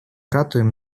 ратуем